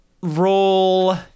Roll